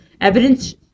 Evidence